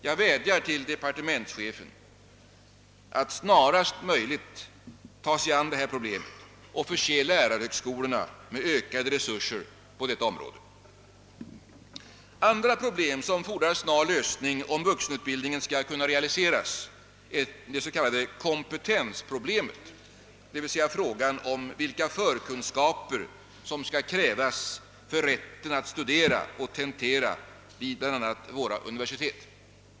Jag vädjar till departementschefen att snarast möjligt ta sig an detta problem och förse lärarhögskolorna med ökade resurser på området. Ett annat problem som fordrar snar lösning, om vuxenutbildningen skall kunna realiseras, är det s.k. kompetensproblemet, d.v.s. frågan om vilka förkunskaper som skall krävas för rätten att studera och tentera vid bl.a. våra universitet.